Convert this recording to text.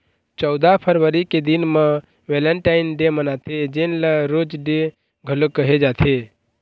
चउदा फरवरी के दिन म वेलेंटाइन डे मनाथे जेन ल रोज डे घलोक कहे जाथे